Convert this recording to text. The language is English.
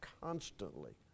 constantly